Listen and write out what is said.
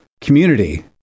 community